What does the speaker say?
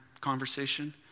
conversation